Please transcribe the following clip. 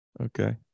okay